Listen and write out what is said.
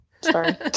Sorry